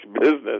business